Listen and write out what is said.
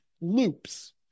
loops